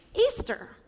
Easter